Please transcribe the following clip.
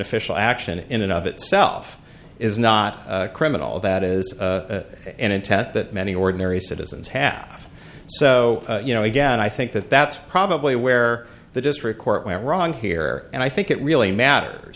official action in and of itself is not criminal that is an intent that many ordinary citizens half so you know again i think that that's probably where the district court went wrong here and i think it really matters